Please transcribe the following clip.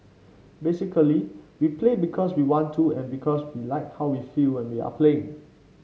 basically we play because we want to and because we like how we feel when we are playing